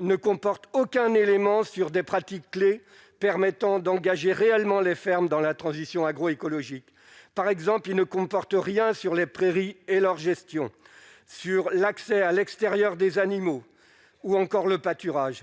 ne comporte aucun élément sur des pratiques clé permettant d'engager réellement les fermes dans la transition agro-écologique par exemple il ne comporte rien sur les prairies et leur gestion sur l'accès à l'extérieur des animaux ou encore le pâturage,